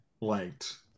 liked